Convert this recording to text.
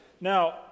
Now